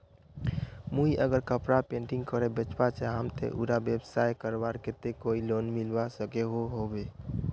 मुई अगर कपड़ा पेंटिंग करे बेचवा चाहम ते उडा व्यवसाय करवार केते कोई लोन मिलवा सकोहो होबे?